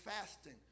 fasting